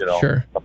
Sure